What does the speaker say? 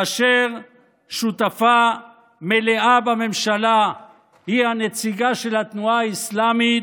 כאשר שותפה מלאה בממשלה היא הנציגה של התנועה האסלאמית,